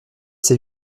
ses